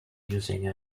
using